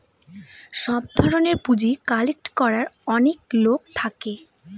সব ধরনের পুঁজি কালেক্ট করার অনেক লোক থাকে